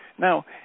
Now